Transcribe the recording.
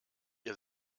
ihr